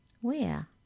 Where